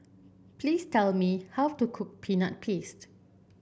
please tell me how to cook Peanut Paste